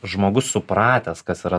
žmogus supratęs kas yra